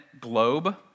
globe